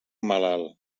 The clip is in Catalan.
malalt